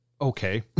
okay